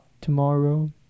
tomorrow